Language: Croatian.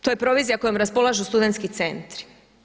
To je provizija kojom raspolažu studentski centri.